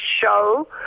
show